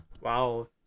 Wow